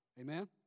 Amen